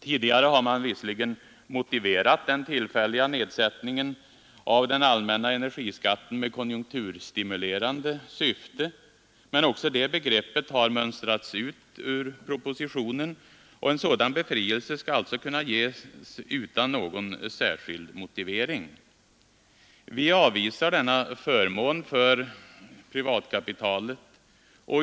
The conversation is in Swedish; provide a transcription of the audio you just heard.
Tidigare har man visserligen motiverat den tillfälliga nedsättningen av den allmänna energiskatten med åtgärdens konjunkturstimulerande syfte. Men också det begreppet har mönstrats ut ur propositionen, och en sådan nedsättning skall alltså kunna ges utan någon särskild motivering. Vi avvisar denna förmån för privatkapitalet.